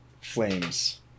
Flames